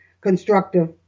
constructive